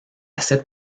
cette